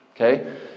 Okay